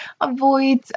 avoid